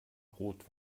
rot